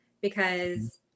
because-